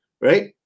right